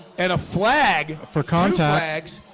and a flag for contacts,